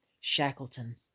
Shackleton